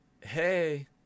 Hey